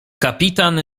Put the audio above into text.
kapitan